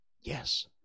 Yes